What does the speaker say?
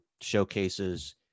showcases